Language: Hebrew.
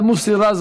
ומוסי רז,